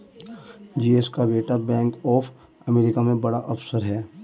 जयेश का बेटा bank of America में बड़ा ऑफिसर है